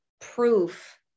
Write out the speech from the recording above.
proof